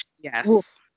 yes